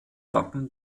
wappen